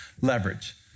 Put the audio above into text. leverage